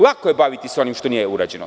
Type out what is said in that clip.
Lako je baviti se onim što nije urađeno.